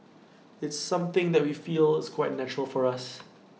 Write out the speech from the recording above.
it's something that we feel is quite natural for us